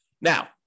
now